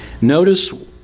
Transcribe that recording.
Notice